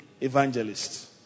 evangelists